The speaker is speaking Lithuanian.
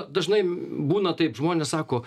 dažnai būna taip žmonės sako